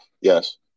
Yes